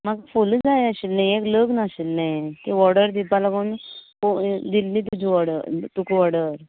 म्हाक फुलां जाय आशिल्ली एक लग्न आशिल्लें तीं ऑडर दिवपा लागून दिल्ली तुजी ऑडर दिल्ली तुका ऑडर